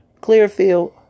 Clearfield